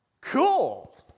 Cool